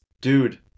Dude